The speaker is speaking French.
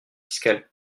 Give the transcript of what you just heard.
fiscale